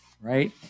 right